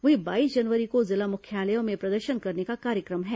वहीं बाईस जनवरी को जिला मुख्यालयों में प्रदर्शन करने का कार्यक्रम है